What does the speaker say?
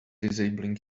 disabling